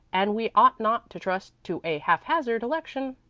and we ought not to trust to a haphazard election.